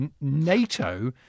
NATO